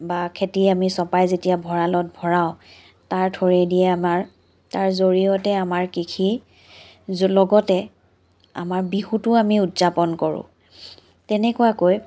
বা খেতি আমি চপাই যেতিয়া ভঁৰালত ভৰাওঁ তাৰ থ্ৰুৱেদিয়ে আমাৰ তাৰ জৰিয়তে আমাৰ কৃষিৰ য লগতে আমাৰ বিহুটো আমি উদযাপন কৰোঁ তেনেকুৱাকৈ